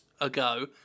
ago